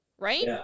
Right